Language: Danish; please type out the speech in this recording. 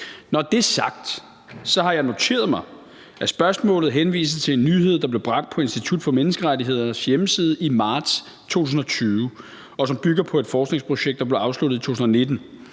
Når det er sagt, har jeg noteret mig, at spørgsmålet henviser til en nyhed, der blev bragt på Institut for Menneskerettigheders hjemmeside i marts 2020, og som bygger på et forskningsprojekt, der blev afsluttet i 2019.